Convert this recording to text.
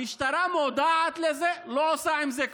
המשטרה מודעת לזה, לא עושה עם זה כלום.